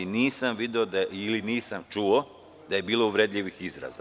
Nisam video ili nisam čuo da je bilo uvredljivih izraza.